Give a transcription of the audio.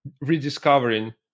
rediscovering